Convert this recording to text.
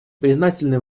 признательны